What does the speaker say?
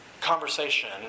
conversation